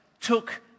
took